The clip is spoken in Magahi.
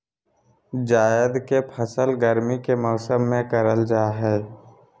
जायद के फसल गर्मी के मौसम में करल जा हइ